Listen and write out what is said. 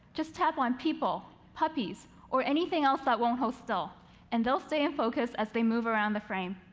just tap on people, puppies, or anything else that won't hold still and they'll stay in focus as they move around the frame.